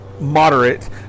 moderate